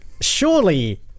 surely